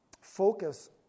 Focus